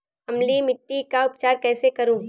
अम्लीय मिट्टी का उपचार कैसे करूँ?